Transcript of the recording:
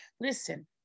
Listen